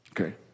Okay